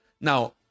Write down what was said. Now